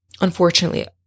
unfortunately